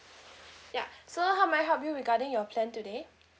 ya so how may I help you regarding your plan today